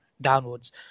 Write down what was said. downwards